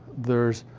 there's